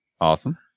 Awesome